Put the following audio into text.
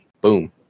boom